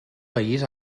país